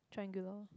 triangular